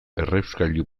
errauskailu